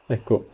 Ecco